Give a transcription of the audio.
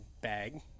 bag